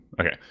Okay